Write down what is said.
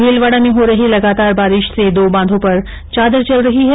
भीलवाडा में हो रही लगातार बारिश से दो बांधो पर चादर चल रही है